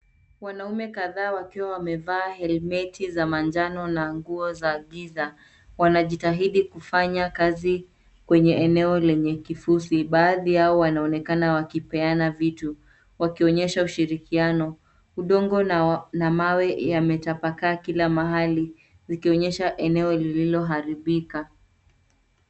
Wanaume kadhaa wakiwa wamevaa helmeti za manjano na nguo za giza wanajitahidi kufanya kazi kwenye eneo lenye kifusi, baadhi yao wanaonekana wakipeana vitu wakionyesha ushirikiano. Udongo na mawe yametapakaa kila mahali zikionyesha eneo lililoharibika.